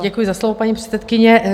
Děkuji za slovo, paní předsedkyně.